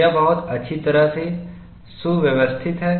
यह बहुत अच्छी तरह से सुव्यवस्थित है